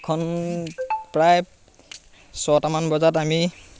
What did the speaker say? এখন প্ৰায় ছটামান বজাত আমি